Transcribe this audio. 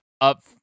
up